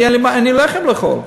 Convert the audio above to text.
אני, אין לי לחם לאכול.